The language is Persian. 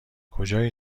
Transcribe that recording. کجای